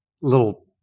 little